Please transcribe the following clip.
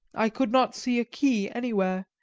i could not see a key anywhere,